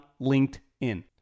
LinkedIn